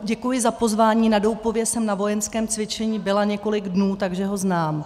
Děkuji za pozvání, na Doupově jsem na vojenském cvičení byla několik dnů, takže ho znám.